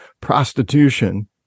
prostitution